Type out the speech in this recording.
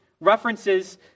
references